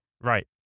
Right